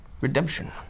redemption